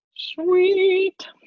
Sweet